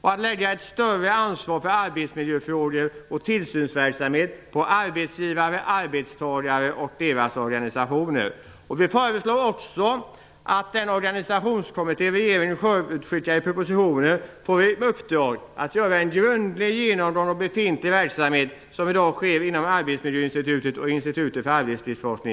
och att lägga ett större ansvar för arbetsmiljöfrågor och tillsynsverksamhet på arbetsgivare, arbetstagare och deras organisationer. Vidare föreslår vi att den organisationskommitté som regeringen förutskickar i propositionen får i uppdrag att göra en grundlig genomgång av befintlig verksamhet som i dag sker inom Arbetsmiljöinstitutet och Institutet för arbetslivsforskning.